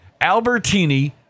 Albertini